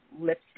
lipstick